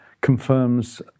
confirms